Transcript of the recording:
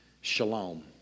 Shalom